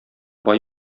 бай